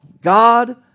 God